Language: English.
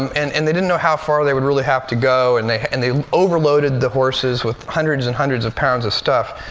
um and and they didn't know how far they would really have to go, and and they overloaded the horses with hundreds and hundreds of pounds of stuff.